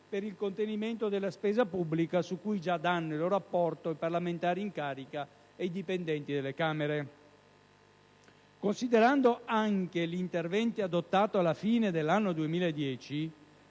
per il contenimento della spesa pubblica, cui già danno il loro apporto i parlamentari in carica e i dipendenti delle Camere. Considerando anche gli interventi adottati alla fine dell'anno 2010